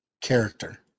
character